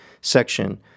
section